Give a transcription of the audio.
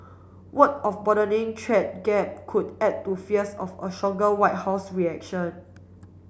word of a broadening gap could add to fears of a stronger White House reaction